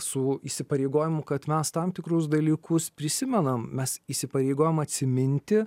su įsipareigojimu kad mes tam tikrus dalykus prisimenam mes įsipareigojom atsiminti